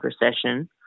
recession